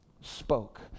spoke